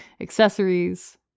accessories